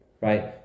Right